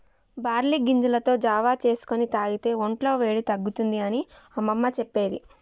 barley గింజలతో జావా చేసుకొని తాగితే వొంట్ల వేడి తగ్గుతుంది అని అమ్మమ్మ చెప్పేది